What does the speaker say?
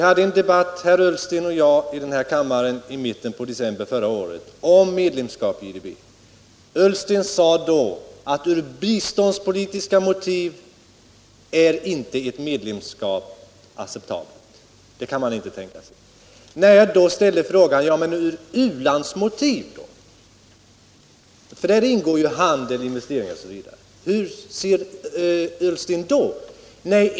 Herr Ullsten och jag hade en debatt här i kammaren i mitten på december förra året om medlemskap i IDB. Herr Ullsten sade då att av biståndspolitiska skäl var ett medlemskap inte acceptabelt — man kunde inte tänka sig det. Jag ställde därför frågan: Men hur är det då när det gäller u-landsmotiv?